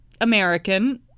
American